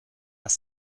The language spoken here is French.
d’un